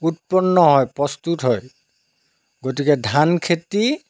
উৎপন্ন হয় প্ৰস্তুত হয় গতিকে ধান খেতি